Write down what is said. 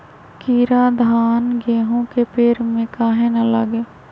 कीरा धान, गेहूं के पेड़ में काहे न लगे?